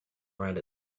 around